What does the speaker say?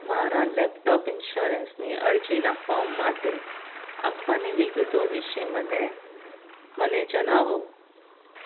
મારા લેપટોપ ઇન્સ્યોરન્સની અરજીના ફોર્મ માટે આપવાની વિગતો વિશે મને મને જણાવો